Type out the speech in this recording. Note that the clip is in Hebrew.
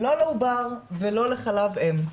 לא לעובר ולא לחלב אם.